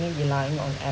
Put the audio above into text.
only relying on air